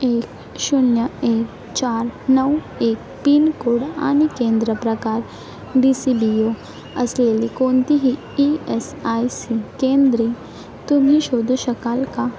एक शून्य एक चार नऊ एक पिनकोड आणि केंद्र प्रकार डी सी बी ओ असलेली कोणतीही ई एस आय सी केंद्रे तुम्ही शोधू शकाल का